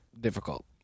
difficult